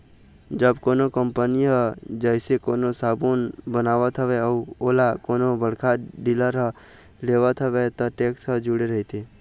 जब कोनो कंपनी ह जइसे कोनो साबून बनावत हवय अउ ओला कोनो बड़का डीलर ह लेवत हवय त टेक्स ह जूड़े रहिथे